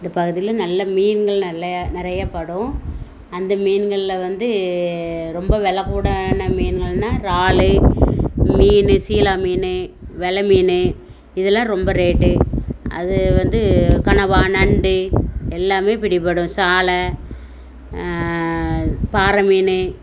இந்த பகுதியில் நல்ல மீன்கள் நல்ல நிறைய படும் அந்த மீன்களில் வந்து ரொம்ப வெலை கூடான மீன்கள்னால் இறாலு மீன் சீலா மீன் வெல மீன் இதெல்லாம் ரொம்ப ரேட்டு அது வந்து கனவா நண்டு எல்லாமே பிடிப்படும் சாள பாறை மீன்